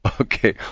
Okay